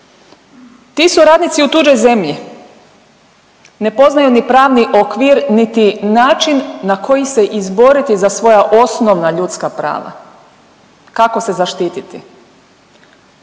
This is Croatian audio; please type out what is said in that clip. Ti su radnici u tuđoj zemlji, ne poznaju ni pravni okvir, niti način na koji se izboriti za svoja osnovna ljudska prava kako se zaštititi.